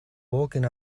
walking